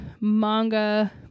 manga